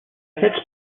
aquests